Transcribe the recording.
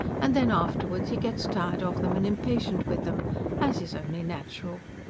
and then afterwards, he gets tired of them, and impatient with them as is only natural.